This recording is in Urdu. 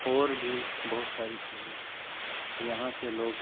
اور بھی بہت ساری چیزیں یہاں سے لوگ